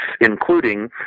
including